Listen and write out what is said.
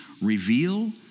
reveal